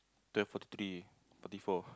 twelve forty three forty four